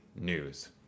news